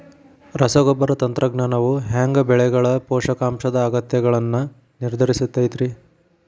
ರಸಗೊಬ್ಬರ ತಂತ್ರಜ್ಞಾನವು ಹ್ಯಾಂಗ ಬೆಳೆಗಳ ಪೋಷಕಾಂಶದ ಅಗತ್ಯಗಳನ್ನ ನಿರ್ಧರಿಸುತೈತ್ರಿ?